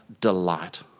delight